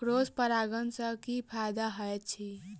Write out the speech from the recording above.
Cross परागण सँ की फायदा हएत अछि?